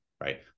right